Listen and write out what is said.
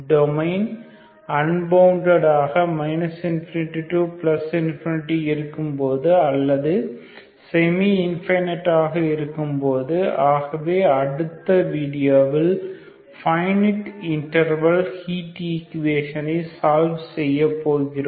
domain unbounded ஆக ∞∞ இருக்கும்போது அல்லது செமி இன்பினிட் ஆக இருக்கும்போது ஆகவே அடுத்து வீடியோவில் பைனிட் இன்டர்வெல் ஹீட் ஈக்குவேஷனை சால்வ் செய்யப்போகிறோம்